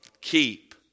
keep